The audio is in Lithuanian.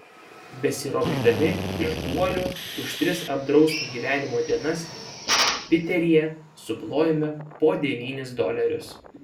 besiropšdami iš guolių už tris apdrausto gyvenimo dienas piteryje suplojome po devynis dolerius